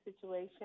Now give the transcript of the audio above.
situation